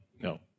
No